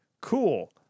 Cool